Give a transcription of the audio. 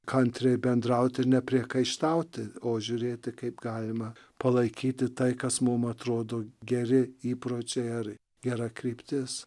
kantriai bendrauti ir nepriekaištauti o žiūrėti kaip galima palaikyti tai kas mum atrodo geri įpročiai ar gera kryptis